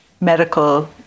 medical